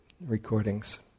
recordings